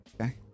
Okay